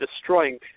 destroying